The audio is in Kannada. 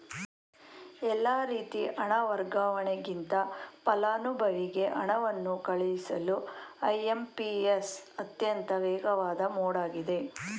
ಎಲ್ಲಾ ರೀತಿ ಹಣ ವರ್ಗಾವಣೆಗಿಂತ ಫಲಾನುಭವಿಗೆ ಹಣವನ್ನು ಕಳುಹಿಸಲು ಐ.ಎಂ.ಪಿ.ಎಸ್ ಅತ್ಯಂತ ವೇಗವಾದ ಮೋಡ್ ಆಗಿದೆ